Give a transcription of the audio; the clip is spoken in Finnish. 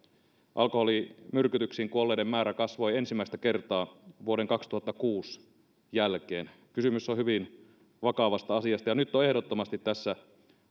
alkoholimyrkytyksiin kuolleiden määrä kasvoi ensimmäistä kertaa vuoden kaksituhattakuusi jälkeen kysymys on hyvin vakavasta asiasta ja nyt on ehdottomasti näiden